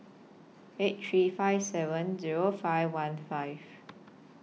eight three five seven Zero five one five